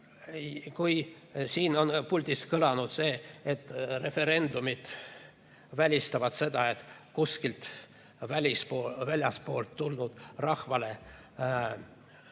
Noh, siin puldis on kõlanud see, et referendumid välistavad seda, et kuskilt väljastpoolt tulnud, rahvale